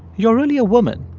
you're really a woman.